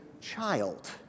child